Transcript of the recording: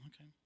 okay